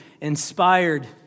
inspired